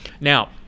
Now